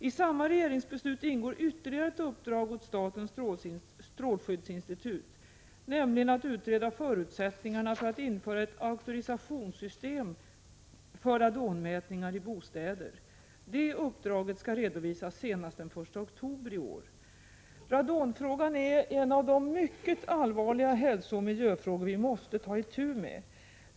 I samma regeringsbeslut ingår ytterligare ett uppdrag åt statens strålskyddsinstitut, nämligen att utreda förutsättningarna för att införa ett auktorisationssystem för radonmätningar i bostäder. Det uppdraget skall redovisas senast den 1 oktober i år. Radonfrågan är en av de mycket allvarliga hälsooch miljöfrågor vi måste ta itu med.